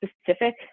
specific